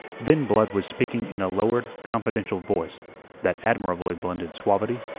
then blood was speaking in a lowered, confidential voice that admirably blended suavity,